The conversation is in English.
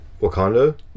Wakanda